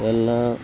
ఎల్లా